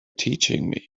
teaching